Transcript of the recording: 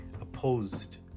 opposed